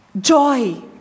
joy